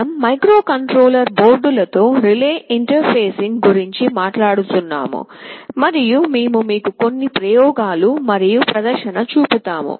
మనం మైక్రోకంట్రోలర్ బోర్డులతో relay interfacing గురించి మాట్లాడుతున్నాము మరియు మేము మీకు కొన్ని ప్రయోగాలు మరియు ప్రదర్శనను చూపుతాము